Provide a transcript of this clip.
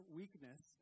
weakness